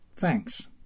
Thanks